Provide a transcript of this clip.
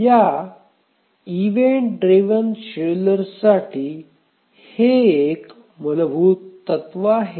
या event drive शेड्यूलर्ससाठी हे एक मूलभूत तत्व आहे